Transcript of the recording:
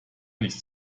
nicht